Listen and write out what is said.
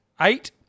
Eight